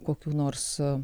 kokių nors su